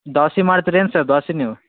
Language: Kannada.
ದೋಸೆ ಮಾಡ್ತೀರೇನು ಸರ್ ದೋಸೆ ನೀವು